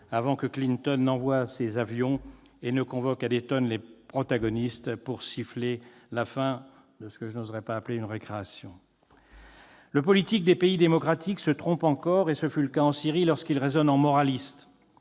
avant que Clinton n'envoie ses avions et ne convoque à Dayton les protagonistes pour siffler la fin de ce que je n'oserai pas appeler une récréation. Le politique des pays démocratiques se trompe encore, et ce fut le cas en Syrie, lorsqu'il raisonne en moraliste